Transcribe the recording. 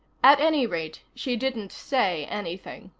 at any rate, she didn't say anything.